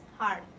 hard